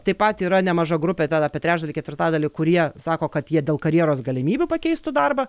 taip pat yra nemaža grupė ten apie trečdalį ketvirtadalį kurie sako kad jie dėl karjeros galimybių pakeistų darbą